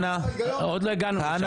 עוד לא הגענו לשם.